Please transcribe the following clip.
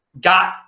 got